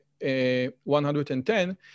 110